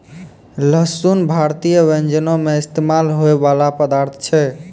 लहसुन भारतीय व्यंजनो मे इस्तेमाल होय बाला पदार्थ छै